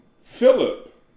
Philip